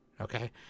okay